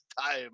time